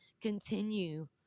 continue